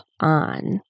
on